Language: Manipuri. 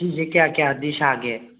ꯁꯤꯁꯦ ꯀꯌꯥ ꯀꯌꯥꯗꯤ ꯁꯥꯒꯦ